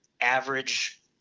average